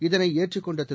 இதனைஏற்றுக் கொண்டதிரு